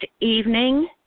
evening